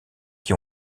qui